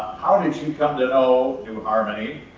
how did you come to know new harmony,